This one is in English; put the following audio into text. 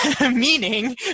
Meaning